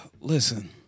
Listen